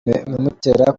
bimutera